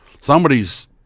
Somebody's